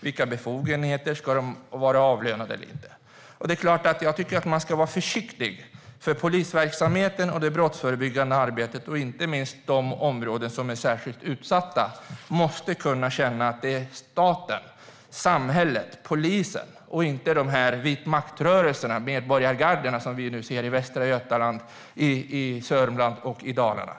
Vilka befogenheter ska de ha? Ska de vara avlönade eller inte? Jag tycker att man ska vara försiktig, för polisverksamheten och det brottsförebyggande arbetet - inte minst i de områden som är särskilt utsatta - måste kunna känna att det är staten, samhället och polisen, inte de Vit makt-rörelser och medborgargarden vi nu ser i Västra Götaland, Södermanland och Dalarna.